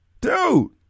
dude